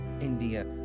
India